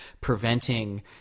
preventing